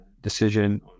decision